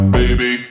baby